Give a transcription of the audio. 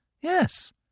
Yes